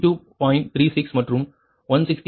36 மற்றும் 116